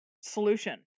solution